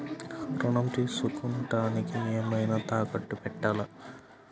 ఋణం తీసుకొనుటానికి ఏమైనా తాకట్టు పెట్టాలా?